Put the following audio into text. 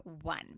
one